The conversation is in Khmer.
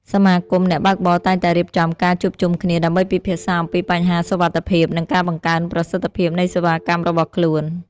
សមាគមអ្នកបើកបរតែងតែរៀបចំការជួបជុំគ្នាដើម្បីពិភាក្សាអំពីបញ្ហាសុវត្ថិភាពនិងការបង្កើនប្រសិទ្ធភាពនៃសេវាកម្មរបស់ខ្លួន។